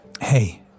Hey